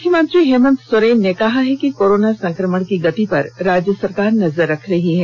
मुख्यमंत्री हेमंत सोरेन ने कहा है कि कोरोना संक्रमण की गति पर राज्य सरकार नजर रख रही है